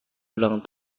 ulang